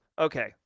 Okay